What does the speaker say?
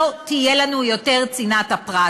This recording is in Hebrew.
לא תהיה לנו יותר צנעת הפרט.